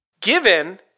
Given